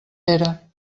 pere